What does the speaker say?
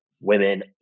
women